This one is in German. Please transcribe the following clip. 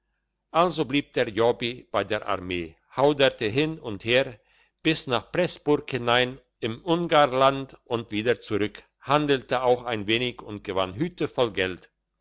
also blieb der jobbi bei der armee hauderte hin und her bis nach pressburg hinein im ungarland und wieder zurück handelte auch ein wenig und gewann hüte voll geld